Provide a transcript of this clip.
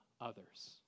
others